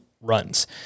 runs